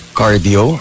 cardio